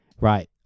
Right